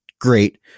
great